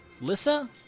Lissa